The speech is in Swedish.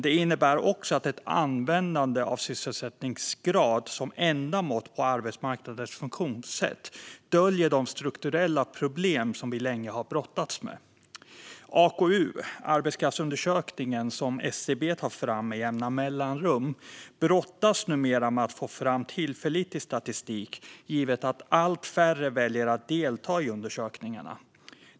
Det innebär också att ett användande av sysselsättningsgrad som enda mått på arbetsmarknadens funktionssätt döljer de strukturella problem som vi länge har brottats med. AKU, arbetskraftsundersökningarna, som SCB tar fram med jämna mellanrum, brottas numera med att få fram tillförlitlig statistik, givet att allt färre väljer att delta i undersökningarna.